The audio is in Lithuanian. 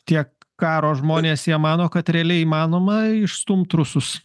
tiek karo žmonės jie mano kad realiai įmanoma išstumt rusus